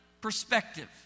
perspective